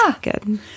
good